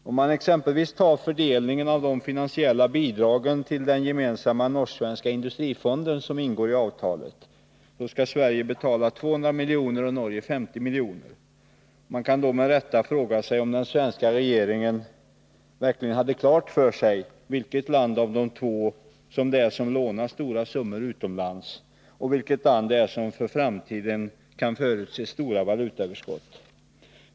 Som exempel kan nämnas fördelningen av de finansiella bidragen till den gemensamma norsk-svenska industrifond som ingår i avtalet. Sverige skall till fonden betala 200 miljoner och Norge 50 miljoner. Man kan med rätta fråga sig om den svenska regeringen verkligen hade klart för sig vilket land av de två som lånar stora pengar utomlands och vilket land det är som för framtiden kan förutse stora valutaöverskott.